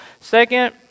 Second